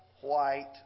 white